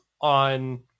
on